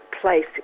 place